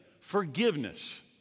forgiveness